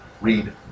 read